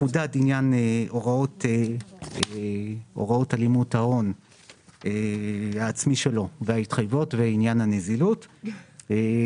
חודד עניין הוראות הלימות ההון העצמי שלו וההתחייבויות ועניין הנזילות,